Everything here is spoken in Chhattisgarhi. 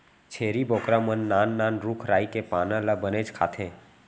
छेरी बोकरा मन नान नान रूख राई के पाना ल बनेच खाथें